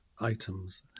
items